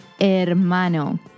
hermano